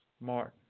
Martin